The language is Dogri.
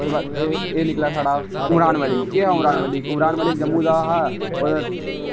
ओहदे बाद एह निकलया साढ़ा उमरान मलिक केह हा उमरान मलिक जम्मू दा हा